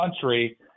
country